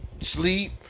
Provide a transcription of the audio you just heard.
sleep